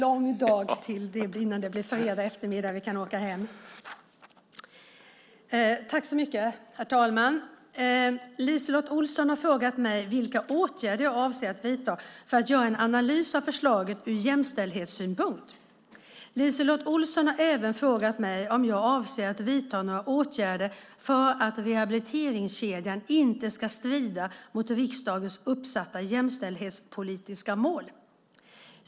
Herr talman! LiseLotte Olsson har frågat mig vilka åtgärder jag avser att vidta för att göra en analys av förslaget ur jämställdhetssynpunkt. LiseLotte Olsson har även frågat mig om jag avser att vidta några åtgärder för att rehabiliteringskedjan inte ska strida mot riksdagens uppsatta jämställdhetspolitiska mål.